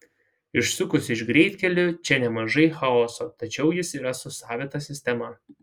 išsukus iš greitkelių čia nemažai chaoso tačiau jis yra su savita sistema